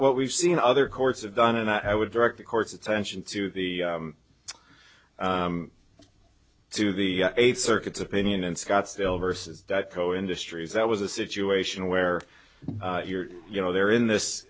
e've seen other courts have done and i would direct the court's attention to the to the eight circuits opinion in scottsdale versus that co industries that was a situation where you're you know they're in this